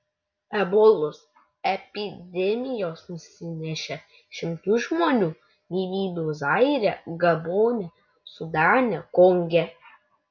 ebolos epidemijos nusinešė šimtus žmonių gyvybių zaire gabone sudane konge